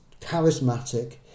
charismatic